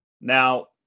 Now